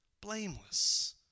blameless